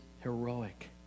heroic